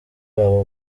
babo